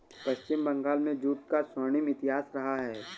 पश्चिम बंगाल में जूट का स्वर्णिम इतिहास रहा है